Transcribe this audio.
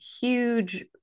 huge